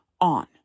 on